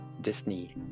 Disney